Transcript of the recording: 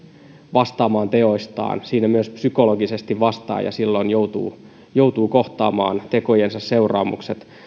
vastaamaan teoistaan siinä myös psykologisesti vastaaja joutuu silloin kohtaamaan tekojensa seuraamukset